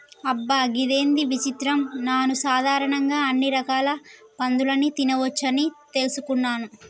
అబ్బ గిదేంది విచిత్రం నాను సాధారణంగా అన్ని రకాల పందులని తినవచ్చని తెలుసుకున్నాను